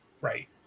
Right